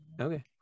Okay